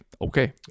okay